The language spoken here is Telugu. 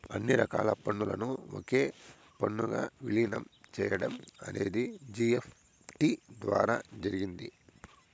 అన్ని రకాల పన్నులను ఒకే పన్నుగా విలీనం చేయడం అనేది జీ.ఎస్.టీ ద్వారా జరిగింది